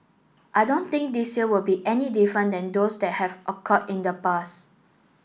I don't think this year will be any different than those that have occurred in the past